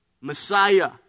Messiah